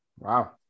Wow